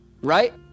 Right